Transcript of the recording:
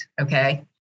okay